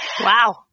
wow